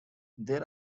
they